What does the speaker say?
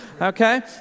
okay